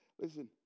Listen